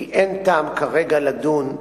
כי אין טעם כרגע לדון,